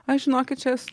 aš žinokit jas